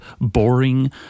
boring